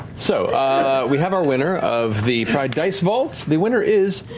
so we have our winner of the pride dice vault. the winner is.